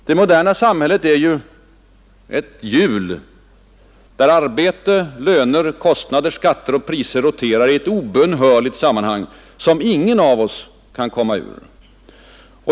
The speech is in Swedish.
Det moderna samhället är ju ett hjul där arbete, löner, kostnader, skatter och priser roterar i ett obönhörligt sammanhang som ingen av oss kan komma ur.